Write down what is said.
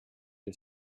est